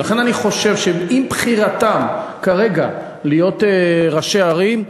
ולכן אני חושב שעם בחירתם כרגע לראשי ערים,